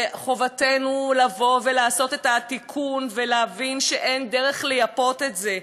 וחובתנו לבוא ולעשות את התיקון ולהבין שאין דרך לייפות את זה.